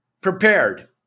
prepared